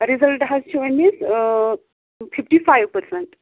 result حظ چھُ امس ففٹی فایو پرسنٹ